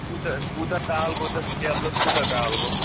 کوٗتاہ کوٗتاہ کال گوٚو تَتھ ٹیبلَس کوٗتاہ کال گوٚو